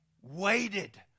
waited